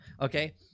Okay